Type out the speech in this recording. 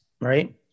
right